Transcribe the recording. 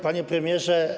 Panie Premierze!